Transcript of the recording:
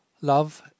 Love